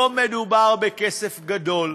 לא מדובר בכסף גדול,